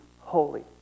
holy